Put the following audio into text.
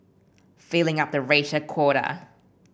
filling up the racial quota